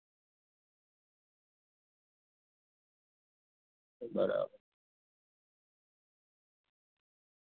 બરાબર